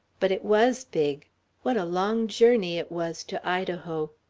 but it was big what a long journey it was to idaho.